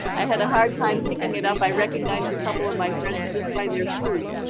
i had a hard time picking it up. i recognized a couple of my friends just by their shoes.